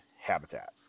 habitat